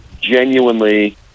genuinely